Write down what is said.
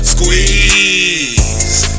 Squeeze